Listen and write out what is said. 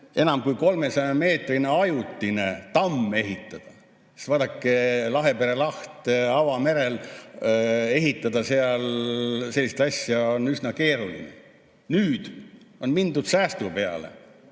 enam kui 300-meetrine ajutine tamm ehitada. Sest vaadake, Lahepere lahte, avamerele sellist asja ehitada on üsna keeruline. Nüüd on mindud säästu peale.